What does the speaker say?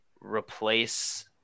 replace